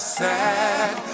sad